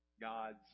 God's